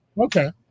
Okay